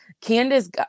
Candace